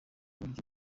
buryo